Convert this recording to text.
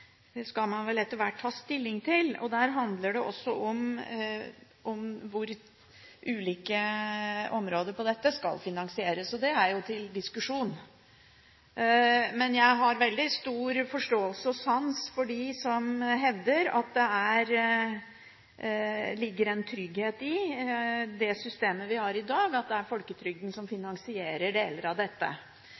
dette skal finansieres. Det er til diskusjon. Jeg har veldig stor forståelse og sans for dem som hevder at det ligger en trygghet i det systemet vi har i dag, at det er folketrygden som finansierer deler av dette.